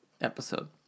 episode